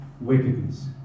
wickedness